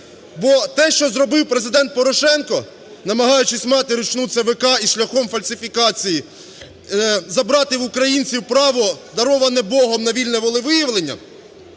Бо те, що зробив Президент Порошенко, намагаючись мати ручну ЦВК і шляхом фальсифікації забрати у українців право, дароване Богом, на вільне волевиявлення,